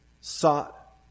sought